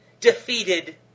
defeated